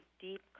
deep